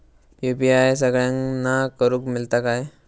UPI सगळ्यांना करुक मेलता काय?